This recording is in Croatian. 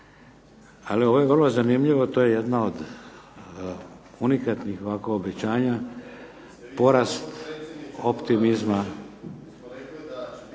Ali ovo je vrlo zanimljivo to je jedno od unikatnih ovako povećanja porast optimizma.